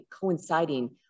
coinciding